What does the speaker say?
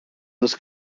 this